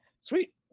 Sweet